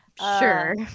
sure